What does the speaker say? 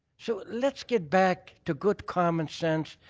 so let's get back to good common sense.